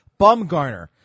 Bumgarner